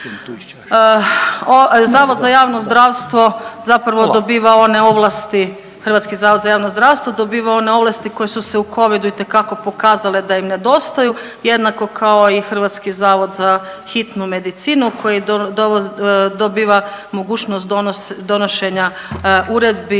Zavod za javno zdravstvo zapravo dobiva one ovlasti, HZJZ dobiva one ovlasti koje su se u covidu itekako pokazale da im nedostaju, jednako kao i HZHM koji dobiva mogućnost donošenja uredbi